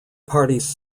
parties